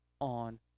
on